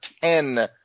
ten